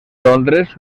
londres